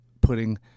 putting